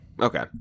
Okay